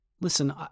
Listen